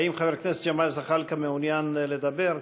האם חבר הכנסת ג'מאל זחאלקה מעוניין לדבר?